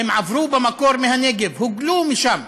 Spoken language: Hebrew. הם עברו במקור מהנגב, הוגלו משם,